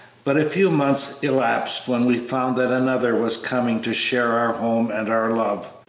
but a few months elapsed when we found that another was coming to share our home and our love.